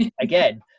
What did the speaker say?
again